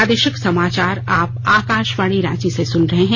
प्रादे िक समाचार आप आका ावाणी रांची से सुन रहे हैं